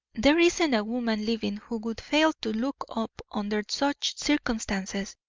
there isn't a woman living who would fail to look up under such circumstances,